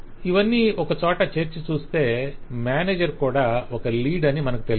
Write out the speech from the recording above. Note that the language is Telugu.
ఇవన్నీ ఒకచోట చేర్చి చూస్తే మేనేజర్ కూడా ఒక లీడ్ అని మనకు తెలుసు